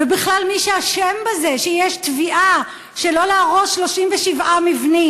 ובכלל מי שאשם בזה שיש תביעה שלא להרוס 37 מבנים